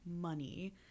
money